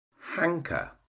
hanker